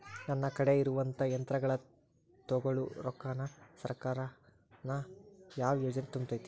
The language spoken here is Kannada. ನನ್ ಕಡೆ ಇರುವಂಥಾ ಯಂತ್ರಗಳ ತೊಗೊಳು ರೊಕ್ಕಾನ್ ಸರ್ಕಾರದ ಯಾವ ಯೋಜನೆ ತುಂಬತೈತಿ?